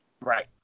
Right